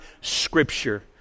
scripture